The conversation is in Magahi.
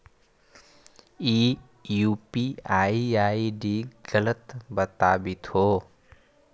ई यू.पी.आई आई.डी गलत बताबीत हो